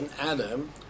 Adam